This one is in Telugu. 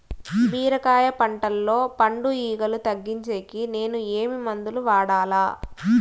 బీరకాయ పంటల్లో పండు ఈగలు తగ్గించేకి నేను ఏమి మందులు వాడాలా?